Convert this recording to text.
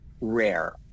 Rare